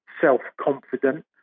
self-confident